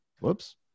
whoops